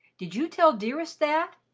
did you tell dearest that?